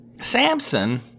Samson